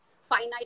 finite